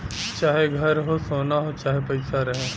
चाहे घर हो, सोना हो चाहे पइसा रहे